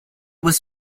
was